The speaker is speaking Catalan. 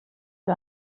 que